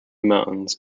mountains